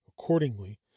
Accordingly